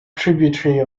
tributary